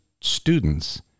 students